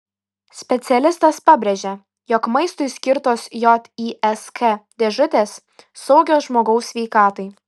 specialistas pabrėžia jog maistui skirtos jysk dėžutės saugios žmogaus sveikatai